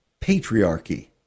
patriarchy